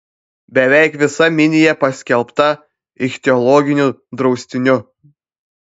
beveik visa minija paskelbta ichtiologiniu draustiniu